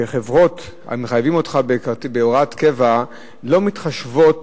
שחברות שמחייבות אותך בהוראת קבע לא מתחשבות